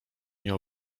nie